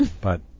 but-